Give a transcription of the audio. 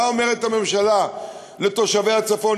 מה אומרת הממשלה לתושבי הצפון?